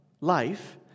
life